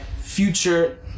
future